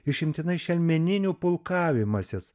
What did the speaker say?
išimtinai šelmeninių pulkavimasis